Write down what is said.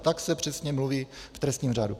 Tak se přesně mluví v trestním řádu.